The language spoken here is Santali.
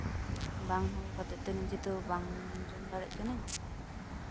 ᱵᱟᱝ ᱦᱚᱦᱚ ᱠᱟᱛᱮᱫ ᱛᱚ ᱱᱤᱡᱮᱛᱚ ᱵᱟᱝ ᱡᱚᱢᱫᱟᱲᱮᱜ ᱠᱟᱹᱱᱟᱹᱧ